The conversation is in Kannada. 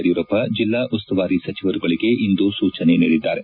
ಯಡಿಯೂರಪ್ಪ ಜಿಲ್ಲಾ ಉಸ್ತುವಾರಿ ಸಚಿವರುಗಳಿಗೆ ಇಂದು ಸೂಜನೆ ನೀಡಿದ್ದಾರೆ